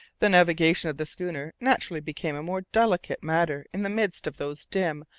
the navigation of the schooner naturally became a more delicate matter in the midst of those dim,